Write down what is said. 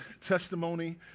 testimony